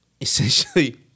essentially